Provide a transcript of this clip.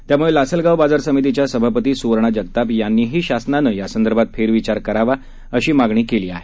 त्यामुळे लासलगाव बाजार समितीच्या सभापती सुवर्णा जगताप यांनीही शासनानं यासंदर्भात फेरविचार करावा अशी मागणी केली आहे